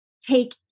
take